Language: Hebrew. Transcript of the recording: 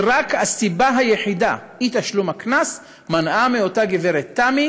הסיבה היחידה, אי-תשלום הקנס, מנעה מאותה גברת תמי